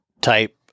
type